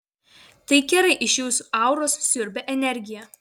tai kerai iš jūsų auros siurbia energiją